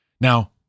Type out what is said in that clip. Now